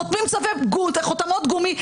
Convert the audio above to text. חותמים חותמות גומי,